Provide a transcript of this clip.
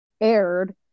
aired